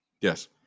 Yes